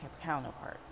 counterparts